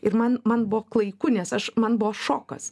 ir man man buvo klaiku nes aš man buvo šokas